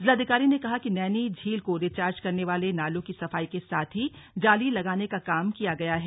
जिलाधिकारी ने कहा कि नैनी झील को रिचार्ज करने वाले नालों की सफाई के साथ ही जाली लगाने का काम किया गया है